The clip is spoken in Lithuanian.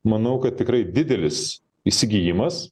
manau kad tikrai didelis įsigijimas